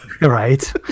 Right